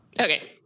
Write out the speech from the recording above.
Okay